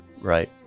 right